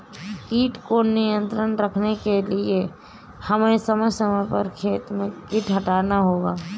कीट को नियंत्रण रखने के लिए हमें समय समय पर खेत से कीट हटाना होगा